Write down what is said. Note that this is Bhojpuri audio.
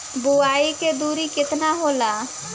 बुआई के दुरी केतना होला?